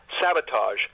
sabotage